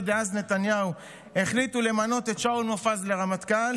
דאז נתניהו החליט למנות את שאול מופז לרמטכ"ל,